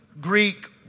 Greek